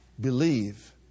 Believe